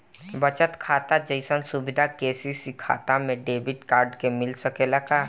बचत खाता जइसन सुविधा के.सी.सी खाता में डेबिट कार्ड के मिल सकेला का?